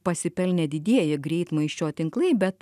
pasipelnė didieji greitmaisčio tinklai bet